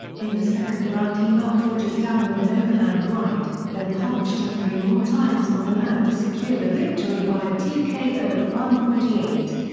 in the second round he knocked rogers down with an overhand right, then punched him three more times on the mat to secure the victory via tko at one forty eight.